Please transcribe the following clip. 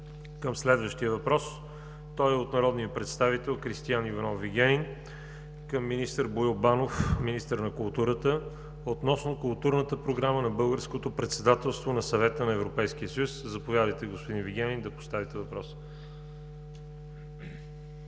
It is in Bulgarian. към следващия въпрос. Той е от народния представител Кристиан Иванов Вигенин към министър Боил Банов – министър на културата, относно културната програма на Българското председателство на Съвета на Европейския съюз. Заповядайте, господин Вигенин, да поставите въпроса.